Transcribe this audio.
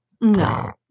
No